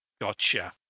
Gotcha